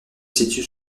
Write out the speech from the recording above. situe